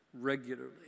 regularly